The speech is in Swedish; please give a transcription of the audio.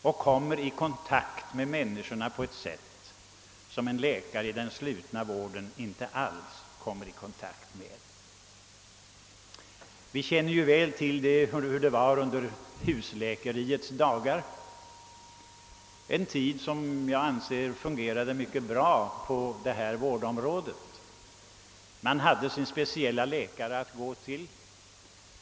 Han kommer där i kontakt med människor på ett sätt som en läkare i den slutna vården inte alls gör. Vi minns nog hur det var under den tid då det fanns husläkare, en tid när allt enligt min mening fungerade mycket bra på detta vårdområde. Man hade sin speciella läkare att gå till.